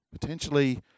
potentially